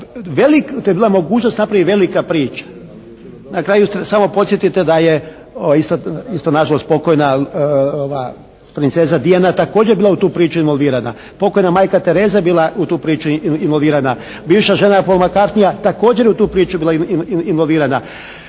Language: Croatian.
to je bila mogućnost napravi velika priča. Na kraju samo podsjetite da je isto nažalost pokojna princeza Diana također bila u tu priču involvirana. Pokojna Majka Tereza je bila u tu priču involvirana. Bivša žena Paul McCartneya također je u tu priču bila involvirana.